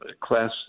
class